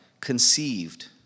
conceived